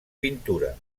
pintura